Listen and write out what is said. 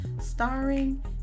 starring